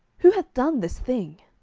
who hath done this thing?